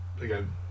again